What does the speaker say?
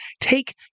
take